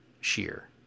shear